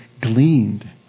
gleaned